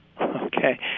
Okay